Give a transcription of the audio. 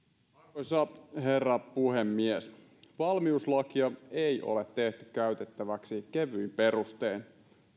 arvoisa herra puhemies valmiuslakia ei ole tehty käytettäväksi kevyin perustein